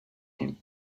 him